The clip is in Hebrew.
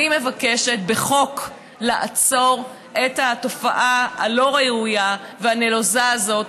אני מבקשת בחוק לעצור את התופעה הלא-ראויה והנלוזה הזאת,